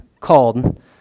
called